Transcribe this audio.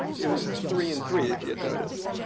it was three and three, if you had noticed.